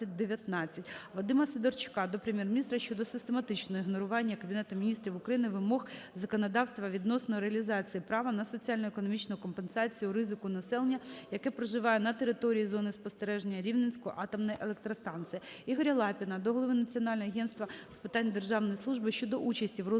Вадима Сидорчука до Прем'єр-міністра щодо систематичного ігнорування Кабінетом Міністрів України вимог законодавства відносно реалізації права на соціально-економічну компенсацію ризику населення, яке проживає на території зони спостереження Рівненської атомної електростанції. Ігоря Лапіна до голови Національного агентства України з питань державної служби щодо участі в розгляді